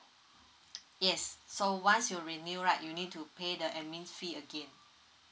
yes so once you renew right you need to pay the admin fee again